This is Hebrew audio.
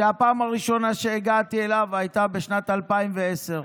שהפעם הראשונה שהגעתי אליו הייתה בשנת 2010,